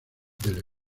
del